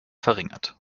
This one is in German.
verringert